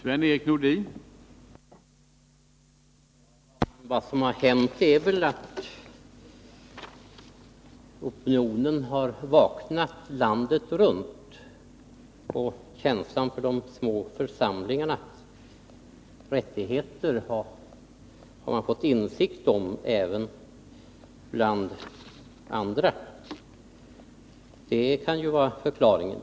Herr talman! Vad som har hänt är väl att opinionen har vaknat landet runt. Även andra har fått en känsla för de små församlingarnas rättigheter. Det kan vara en förklaring.